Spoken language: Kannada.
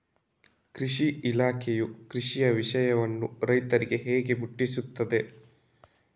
ಕೃಷಿ ಇಲಾಖೆಯು ಕೃಷಿಯ ವಿಷಯವನ್ನು ರೈತರಿಗೆ ಹೇಗೆ ಮುಟ್ಟಿಸ್ತದೆ?